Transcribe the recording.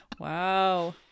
Wow